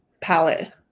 palette